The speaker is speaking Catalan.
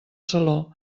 saló